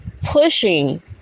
pushing